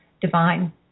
divine